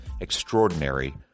extraordinary